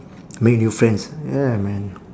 make new friends ya man